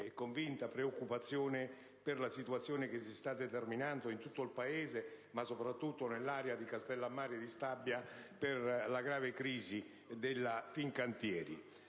e convinta preoccupazione per la situazione che si sta determinando in tutto il Paese, ma soprattutto nell'area di Castellammare di Stabia, per la grave crisi della Fincantieri.